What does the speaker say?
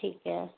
ठीक है